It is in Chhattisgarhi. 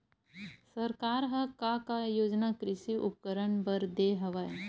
सरकार ह का का योजना कृषि उपकरण बर दे हवय?